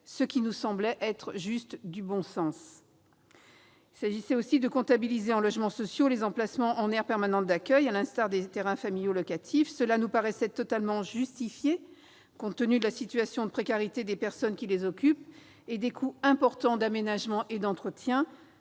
ce qui nous semblait être juste du bon sens. Il s'agissait, encore, de comptabiliser en logements sociaux les emplacements en aire permanente d'accueil, à l'instar des terrains familiaux locatifs. Cela nous paraissait totalement justifié, compte tenu de la situation de précarité des personnes qui les occupent et des coûts importants d'aménagement et d'entretien